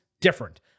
different